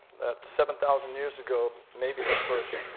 that seven thousand years ago, maybe the first